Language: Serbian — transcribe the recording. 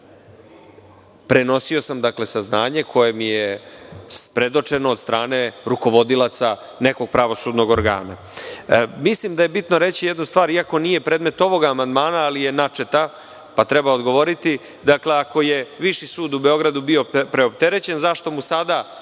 Prenosio sam saznanje koje mi je predočeno od strane rukovodilaca nekog pravosudnog organa. Mislim da je bitno reći jednu stvar iako nije predmet ovog amandmana, ali je načeta, pa treba odgovoriti. Dakle, ako je Viši sud u Beogradu bio preopterećen, zašto mu sada